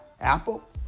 Apple